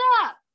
up